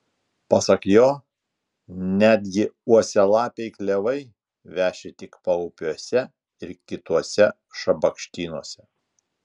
pasak jo netgi uosialapiai klevai veši tik paupiuose ir kituose šabakštynuose